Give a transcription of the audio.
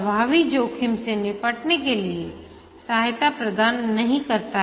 प्रभावी जोखिम से निपटने के लिए सहायता प्रदान नहीं करता है